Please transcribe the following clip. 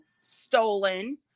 stolen